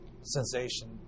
Sensation